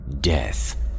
Death